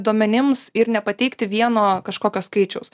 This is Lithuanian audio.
duomenims ir nepateikti vieno kažkokio skaičiaus